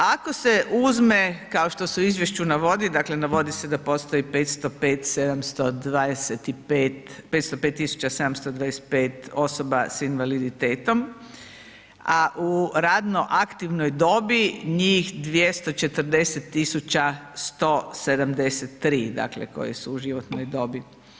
Ako se uzme kao što se u izvješću navodi, dakle, navodi se da postoji 505, 725, 505 tisuća 725 osoba s invaliditetom, a u radno aktivnoj dobi, njih 240 tisuća 173 dakle, koje su u životnoj dobi.